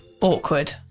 Awkward